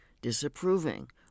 disapproving